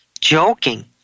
joking